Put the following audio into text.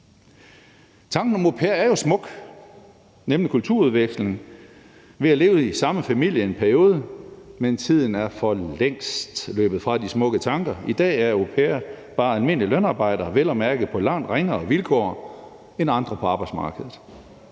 Tanken om au pair er jo smuk, nemlig kulturudveksling ved at leve i samme familie i en periode, men tiden er for længst løbet fra de smukke tanker. I dag er au pairer bare almindelige lønarbejdere, vel at mærke på langt ringere vilkår end andre på arbejdsmarkedet.